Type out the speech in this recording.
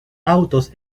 autos